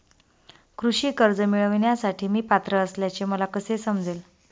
कृषी कर्ज मिळविण्यासाठी मी पात्र असल्याचे मला कसे समजेल?